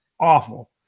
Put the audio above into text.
awful